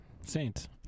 Saints